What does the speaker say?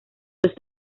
los